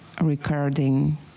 recording